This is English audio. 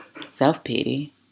self-pity